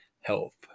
health